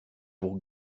pour